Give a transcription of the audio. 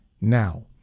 now